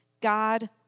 God